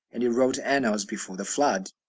and it wrote annals before the flood.